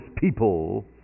people